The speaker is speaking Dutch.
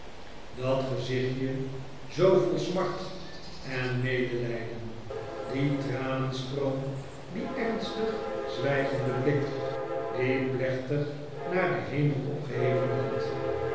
dat gezichtje zoo vol smart en medelijden die tranenstroom die ernstig zwijgende blik die plechtig naar den hemel opgeheven hand